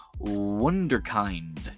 Wonderkind